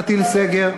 נטיל סגר,